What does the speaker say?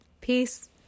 Peace